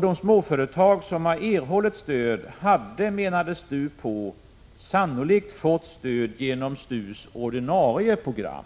De småföretag som erhållit stöd hade, menade STU, sannolikt kunnat få stöd genom STU:s ordinarie program.